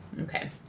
Okay